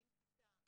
אקלים כיתה,